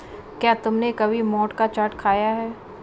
क्या तुमने कभी मोठ का चाट खाया है?